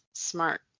smart